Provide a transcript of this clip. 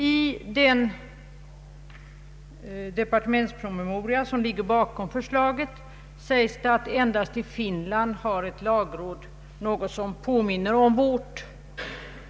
I den departementspromemoria som ligger bakom förslaget sägs, att endast Finland har ett lagråd som påminner om vårt.